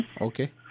Okay